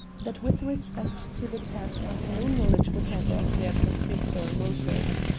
that with respect to the turks i have no knowledge whatever of their pursuits or motives.